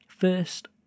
first